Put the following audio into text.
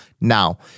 Now